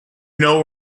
know